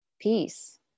Peace